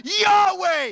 Yahweh